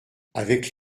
avec